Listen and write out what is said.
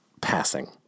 passing